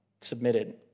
submitted